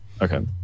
Okay